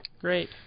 Great